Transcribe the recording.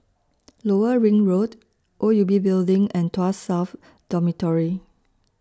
Lower Ring Road O U B Building and Tuas South Dormitory